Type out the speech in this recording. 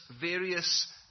various